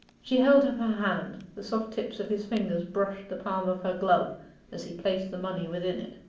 she held up her hand. the soft tips of his fingers brushed the palm of her glove as he placed the money within it.